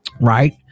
Right